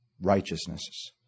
righteousnesses